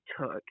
took